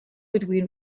between